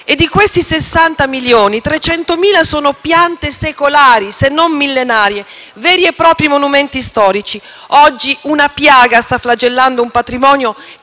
e, di questi 60 milioni, 300.000 sono piante secolari, se non millenarie, veri e propri monumenti storici. Oggi una piaga sta flagellando un patrimonio,